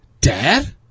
Dad